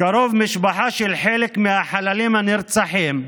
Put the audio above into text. קרוב משפחה של חלק מהחללים הנרצחים,